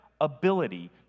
ability